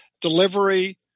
delivery